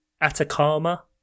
Atacama